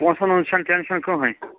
پۄنٛسَن ہٕنٛز چھِنہٕ ٹٮ۪نشَن کٔہٕنٛۍ